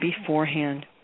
beforehand